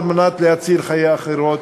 על מנת להציל חיי אחרות.